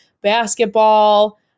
basketball